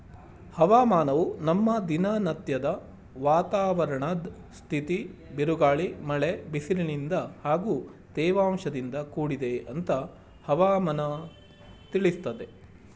ಹವಾಮಾನವು ನಮ್ಮ ದಿನನತ್ಯದ ವಾತಾವರಣದ್ ಸ್ಥಿತಿ ಬಿರುಗಾಳಿ ಮಳೆ ಬಿಸಿಲಿನಿಂದ ಹಾಗೂ ತೇವಾಂಶದಿಂದ ಕೂಡಿದೆ ಅಂತ ಹವಾಮನ ತಿಳಿಸ್ತದೆ